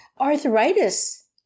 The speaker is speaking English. arthritis